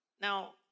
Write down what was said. Now